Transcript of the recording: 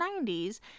90s